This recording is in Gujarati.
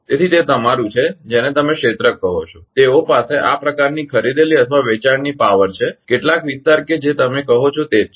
તેથી તે તમારુ છે જેને તમે ક્ષેત્ર કહો છો તેઓ પાસે આ પ્રકારની ખરીદેલી અથવા વેચાણની પાવરપાવર છે કેટલાક વિસ્તાર કે જે તમે કહો છો તે જ છે